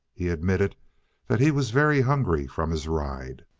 he admitted that he was very hungry from his ride,